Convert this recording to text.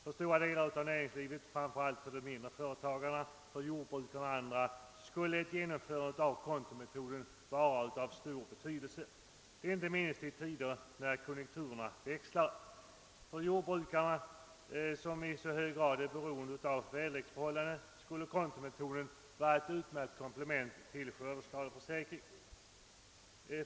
För stora delar av näringslivet, framför allt för de mindre företagarna och jordbrukarna, skulle ett införande av kontometoden vara av stor betydelse, inte minst i tider när konjunkturerna växlar. För jordbrukarna som i så hög grad är beroende av väderleksförhållandena skulle kontometoden vara ett utmärkt komplement till skördeskadeförsäkringen.